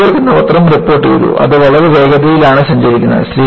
"New York" എന്ന പത്രം റിപ്പോർട്ടുചെയ്തു അത് വളരെ വേഗതയിലാണ് സഞ്ചരിക്കുന്നത്